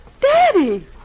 Daddy